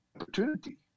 opportunity